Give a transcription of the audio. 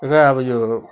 र अब यो